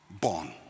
born